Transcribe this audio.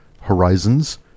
Horizons